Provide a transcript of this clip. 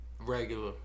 Regular